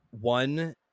one